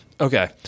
okay